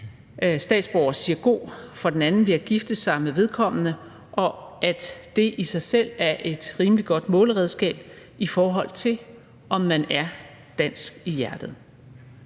statsborger siger god for den anden ved at gifte sig med vedkommende, og at det i sig selv er et rimelig godt måleredskab, i forhold til om man er dansk i hjertet.